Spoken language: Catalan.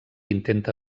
intenta